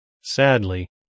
Sadly